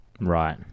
Right